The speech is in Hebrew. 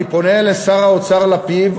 אני פונה אל שר האוצר לפיד,